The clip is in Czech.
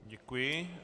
Děkuji.